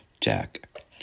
Jack